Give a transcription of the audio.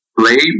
play